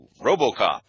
Robocop